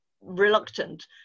reluctant